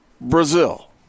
Brazil